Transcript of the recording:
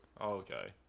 okay